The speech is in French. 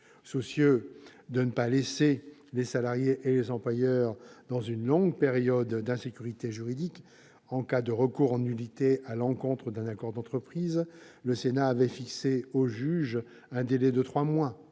Soucieux de ne pas laisser les salariés et les employeurs dans une longue période d'insécurité juridique en cas de recours en nullité à l'encontre d'un accord d'entreprise, le Sénat avait fixé au juge un délai de trois mois